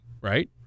right